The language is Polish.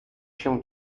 się